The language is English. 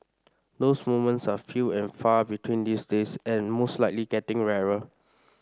those moments are few and far between these days and most likely getting rarer